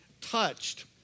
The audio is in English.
touched